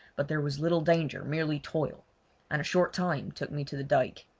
but there was little danger, merely toil and a short time took me to the dyke.